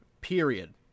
Period